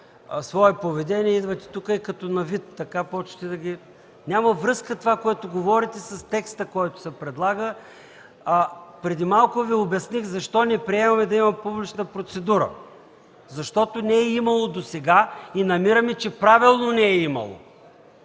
свое поведение, идвате тук и като на виц, така, започвате да ги … Няма връзка това, което говорите с текста, който се предлага. Преди малко Ви обясних защо не приемаме да има публична процедура. Защото не е имало досега и намираме, че правилно не е имало.